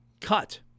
cut